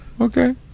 Okay